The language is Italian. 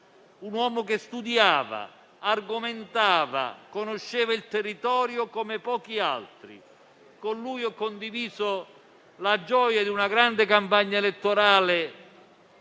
un uomo che studiava, argomentava e conosceva il territorio come pochi altri. Con lui ho condiviso la gioia di una grande campagna elettorale,